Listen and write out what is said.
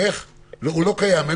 לא קיים.